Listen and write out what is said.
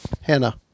Hannah